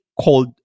called